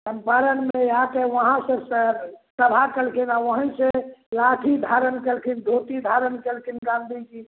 चम्पारणमे आकऽ वहाँसँ से सभा केलखिन आ वहीँसे लाठी धारण कयलखिन धोती धारण कयलखिन गाँधी जी